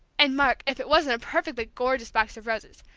and mark, if it wasn't a perfectly gorgeous box of roses.